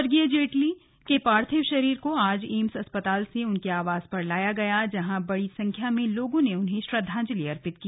स्वर्गीय अरुण जेटली के पार्थिव शरीर को आज एम्स अस्पताल से उनके आवास पर लाया गया जहां बड़ी संख्या में लोगों ने उन्हें श्रद्वांजलि अर्पित की